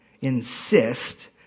insist